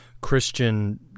Christian